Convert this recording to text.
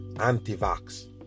anti-vax